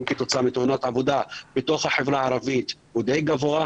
כתוצאה מתאונות עבודה בחברה הערבית הוא די גבוה.